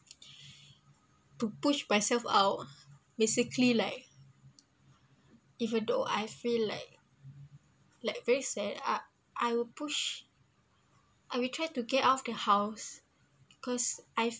to push myself out basically like even though I feel like like very sad ugh I will push I will try to get out of the house cause I've